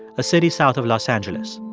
a city south of los angeles.